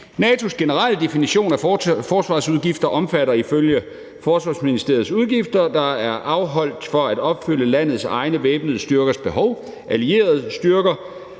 NATO's generelle definition af forsvarsudgifter omfatter ifølge Forsvarsministeriet udgifter, der er afholdt for at opfylde landets egne væbnede styrkers behov, allierede styrker